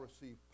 receive